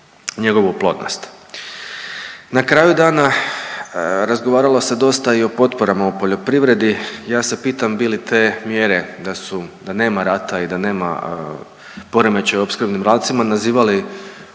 njegovu plodnost. Na kraju dana razgovaralo se dosta i o potporama u poljoprivredi, ja se pitam bi li te mjere da su, da nema rata i da nema poremećaja u opskrbnim lancima, nazivali